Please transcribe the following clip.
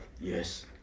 Yes